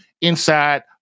inside